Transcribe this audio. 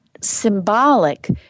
symbolic